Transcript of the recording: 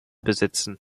besitzen